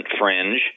fringe